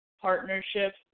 partnership